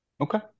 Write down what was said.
Okay